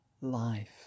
life